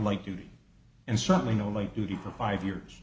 like u t and certainly no light duty for five years